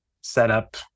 setup